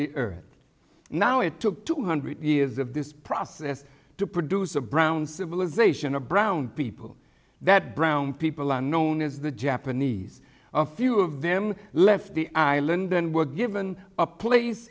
the earth now it took two hundred years of this process to produce a brown civilization of brown people that brown people are known as the japanese a few of them left the island and were given a place